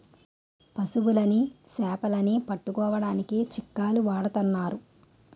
పశువులని సేపలని పట్టుకోడానికి చిక్కాలు వాడతన్నారు